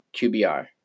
QBR